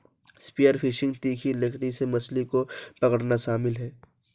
spear fishing तीखी लकड़ी से मछली को पकड़ना शामिल है